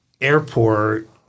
airport